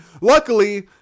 Luckily